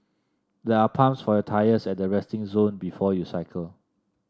there are pumps for your tyres at the resting zone before you cycle